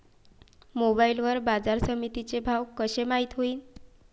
Mobile वर बाजारसमिती चे भाव कशे माईत होईन?